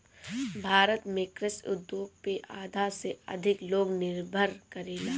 भारत में कृषि उद्योग पे आधा से अधिक लोग निर्भर करेला